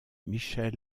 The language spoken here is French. michel